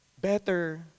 better